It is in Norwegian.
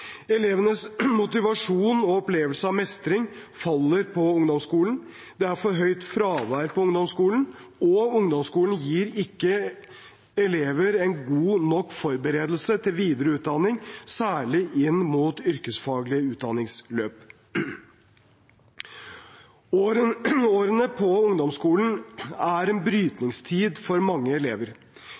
Elevenes motivasjon og opplevelse av mestring faller på ungdomsskolen. Det er for høyt fravær på ungdomsskolen, og ungdomsskolen gir ikke elever en god nok forberedelse til videre utdanning, særlig inn mot yrkesfaglige utdanningsløp. Årene på ungdomsskolen er en brytningstid for mange elever.